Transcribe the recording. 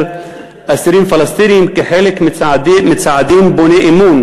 אסירים פלסטינים כחלק מצעדים בוני אמון,